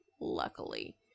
luckily